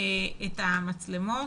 את המצלמות,